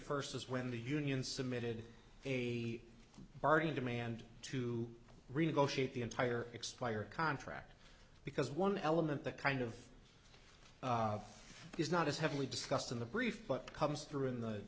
first is when the union submitted a bargain demand to renegotiate the entire expired contract because one element that kind of is not as heavily discussed in the brief but comes through in the